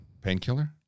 Painkiller